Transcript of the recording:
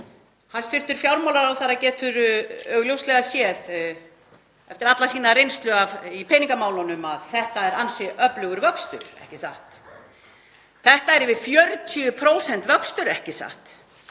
Hæstv. fjármálaráðherra getur augljóslega séð eftir alla sína reynslu í peningamálunum að þetta er ansi öflugur vöxtur, ekki satt? Þetta er yfir 40% vöxtur, ekki satt?